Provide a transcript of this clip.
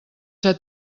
ser